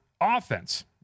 offense